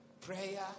prayer